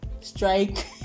strike